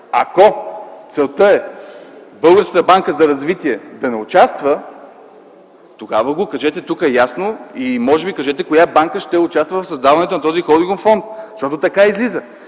за развитие да не участва, тогава го кажете тук ясно и кажете коя банка ще участва в създаването на този холдингов фонд, защото така излиза.